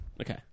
Okay